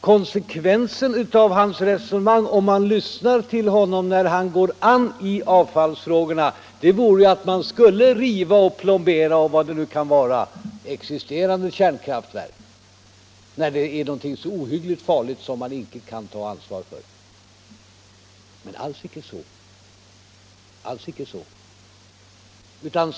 Konsekvensen av hans resonemang, när han går an i avfallsfrågan, vore ju att man skulle riva och plombera — och vad det nu kan vara man skall göra — existerande kärnkraftverk, när de är någonting så ohyggligt farligt som man icke kan ta ansvar för. Men alls icke så, alls icke så!